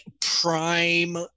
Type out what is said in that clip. prime